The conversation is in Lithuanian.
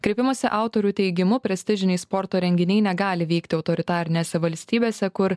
kreipimosi autorių teigimu prestižiniai sporto renginiai negali vykti autoritarinėse valstybėse kur